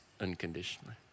unconditionally